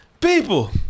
people